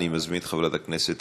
מס' 4443,